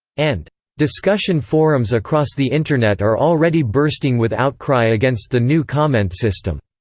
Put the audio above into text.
and discussion forums across the internet are already bursting with outcry against the new comment system.